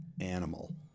animal